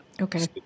Okay